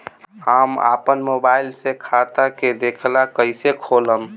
हम आपन मोबाइल से खाता के देखेला कइसे खोलम?